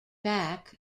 back